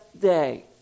day